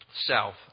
south